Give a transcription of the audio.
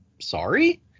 sorry